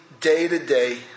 day-to-day